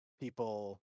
People